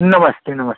नमस्ते नमस्ते